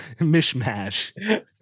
mishmash